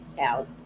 out